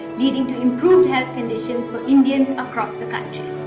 leading to improved health conditions for indians across the country.